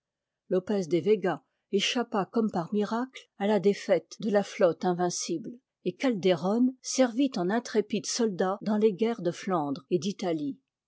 lopès de vega échappa comme par miracle à la défaite de la flotte invincible et cal deron servit en intrépide soldat dans les guerres de flandre et d'italie